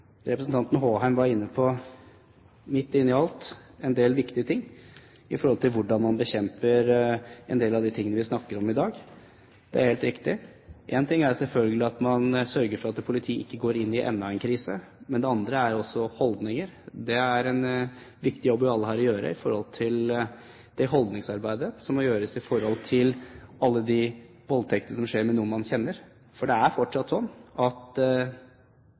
Representanten Håheim var inne på – midt inni alt – en del viktige ting når det gjelder hvordan man bekjemper en del av de tingene vi snakker om i dag. Det er helt riktig. Én ting er selvfølgelig at man sørger for at politiet ikke går inn i enda en krise, men det andre er holdninger. Det er en viktig jobb vi alle har å gjøre med tanke på det holdningsarbeidet som må gjøres i forhold til alle de voldtektene som skjer med noen man kjenner. For det er fortsatt slik at